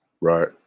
Right